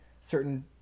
certain